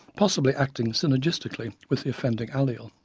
possibly acting synergistically with the offending allele.